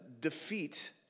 defeat